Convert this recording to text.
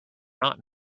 not